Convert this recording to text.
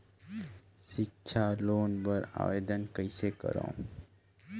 सिक्छा लोन बर आवेदन कइसे करव?